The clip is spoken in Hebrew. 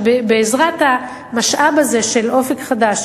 בעזרת המשאב הזה של "אופק חדש",